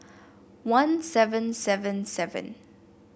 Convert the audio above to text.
one seven seven seven